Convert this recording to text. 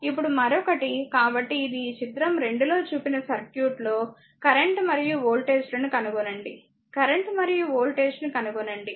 ఇప్పుడు మరొకటి కాబట్టి ఇది ఈ చిత్రం 2 లో చూపిన సర్క్యూట్లో కరెంట్ మరియు వోల్టేజ్లను కనుగొనండి కరెంట్ మరియు వోల్టేజ్ను కనుగొనండి